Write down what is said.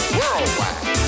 worldwide